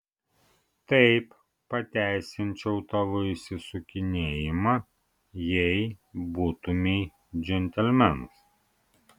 taip pateisinčiau tavo išsisukinėjimą jei būtumei džentelmenas